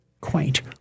quaint